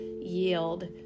yield